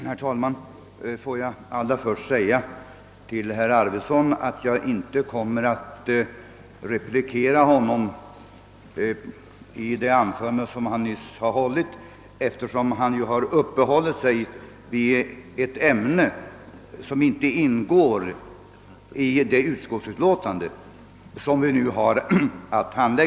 Herr talman! Får jag allra först säga att jag inte kommer att replikera det anförande som herr Arvidson nyss har hållit, eftersom han i detta uppehållit sig vid ett ämne som inte upptas i det utskottsutlåtande som vi nu har att behandla.